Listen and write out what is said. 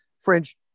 french